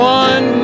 one